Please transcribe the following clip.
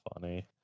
funny